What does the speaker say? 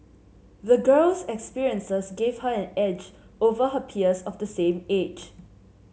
the girl's experiences gave her an edge over her peers of the same age